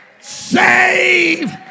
save